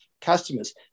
customers